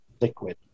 liquid